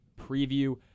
preview